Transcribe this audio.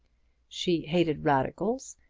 she hated radicals,